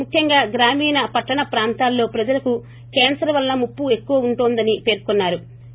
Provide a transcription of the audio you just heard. ముఖ్యంగా గ్రామీణ పట్లణ ప్రాంతాల్లో ప్రజలకు క్యాన్సర్ వలన ముప్పు ఎక్కువ ఉంటుందని పేర్కొన్నా రు